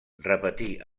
repetir